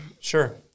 sure